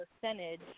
percentage